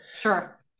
sure